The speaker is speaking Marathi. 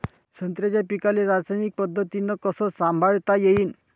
संत्र्याच्या पीकाले रासायनिक पद्धतीनं कस संभाळता येईन?